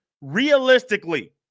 realistically